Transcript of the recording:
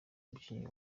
umukinnyi